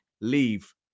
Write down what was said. leave